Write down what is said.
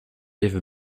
even